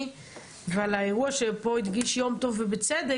ועל האירוע שפה הדגיש יום טוב ובצדק,